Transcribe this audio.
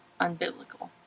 unbiblical